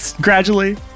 gradually